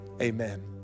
amen